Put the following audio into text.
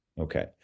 Okay